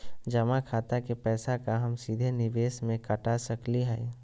जमा खाता के पैसा का हम सीधे निवेस में कटा सकली हई?